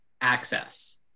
access